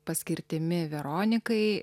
paskirtimi veronikai